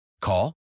Call